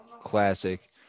Classic